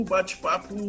Bate-Papo